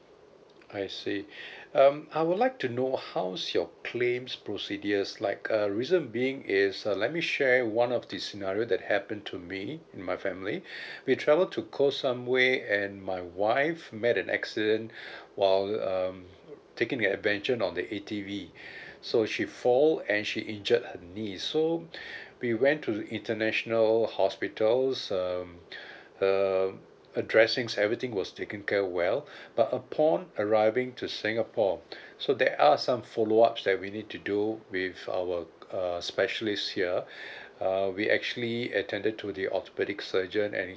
I see um I would like to know how's your claim's procedures like uh reason being is uh let me share one of the scenario that happen to me and my family we travel to koh samui and my wife met an accident while um taking the adventure on the A_T_V so she fall and she injured her knees so we went to the international hospitals um her her dressings everything was taken care well but upon arriving to singapore so there are some follow-ups that we need to do with our uh specialist here uh we actually attended to the orthopaedic surgeon and